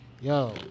Yo